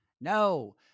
No